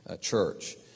church